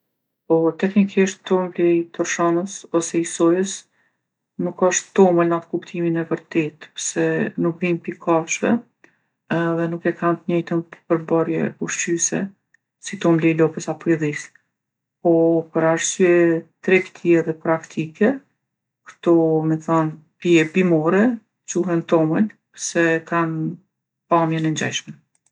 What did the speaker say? Po teknikisht tomli i tërshanës ose i sojës nuk osht tomël nat kuptimin e vërtetë se nuk vijnë pi kafshve edhe nuk e kanë t'njejtën përbërje ushqyse si tomli i lopës apo i dhisë. Po për arsye tregtie dhe praktike, kto me thanë pije bimore quhen tomël se e kanë pamjen e ngjajshme.